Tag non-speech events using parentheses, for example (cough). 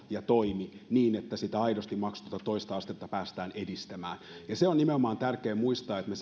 ja toimen niin että sitä aidosti maksutonta toista astetta päästään edistämään se on nimenomaan tärkeää muistaa että kun me (unintelligible)